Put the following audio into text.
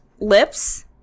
lips